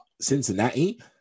Cincinnati